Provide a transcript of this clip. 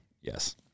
Yes